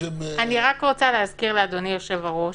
אני רוצה להזכיר לאדוני יושב הראש